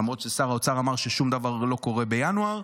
למרות ששר האוצר אמר ששום דבר לא קורה בינואר,